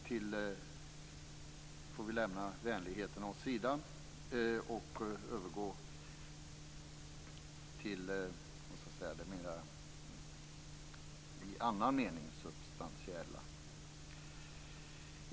Nu får vi lämna vänligheterna åt sidan och övergå till det i annan mening substantiella.